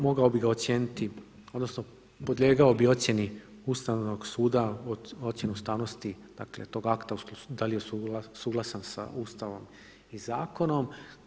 Mogao bi ga ocijeniti odnosno podlijegao bi ocjeni Ustavnog suda od ocjene ustavnosti dakle, tog akta da li je suglasan sa Ustavom i zakonom.